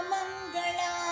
Mangala